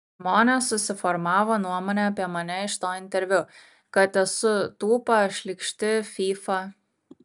žmonės susiformavo nuomonę apie mane iš to interviu kad esu tūpa šlykšti fyfa